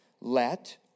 Let